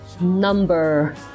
Number